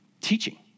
teaching